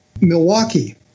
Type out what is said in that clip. Milwaukee